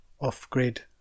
off-grid